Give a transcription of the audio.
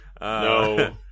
No